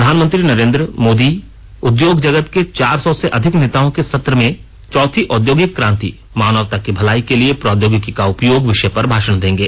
प्रधानमंत्री मोदी उद्योग जगत के चार सौ से अधिक नेताओं के सत्र में चौथी औद्योगिक क्रांति मानवता की भलाई के लिए प्रौद्योगिकी का उपयोग विषय पर भाषण देंगे